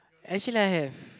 actually I have